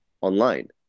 online